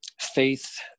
faith